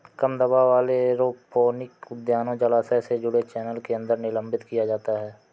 कम दबाव वाले एरोपोनिक उद्यानों जलाशय से जुड़े चैनल के अंदर निलंबित किया जाता है